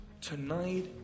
tonight